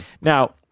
Now